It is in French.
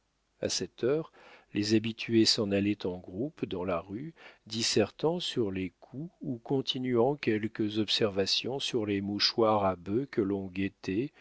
a cette heure les habitués s'en allaient en groupes dans la rue dissertant sur les coups ou continuant quelques observations sur les mouchoirs à bœufs que l'on guettait